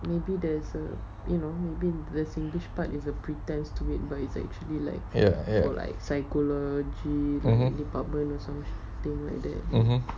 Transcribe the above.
yes yes mmhmm mmhmm